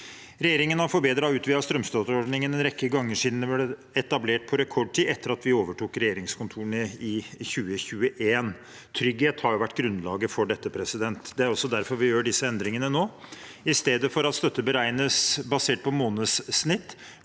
Regjeringen har forbedret og utvidet strømstøtteordningen en rekke ganger siden den ble etablert på rekordtid etter at vi overtok regjeringskontorene i 2021. Trygghet har vært grunnlaget for dette. Det er også derfor vi gjør disse endringene nå. I stedet for at støtte beregnes basert på månedssnitt,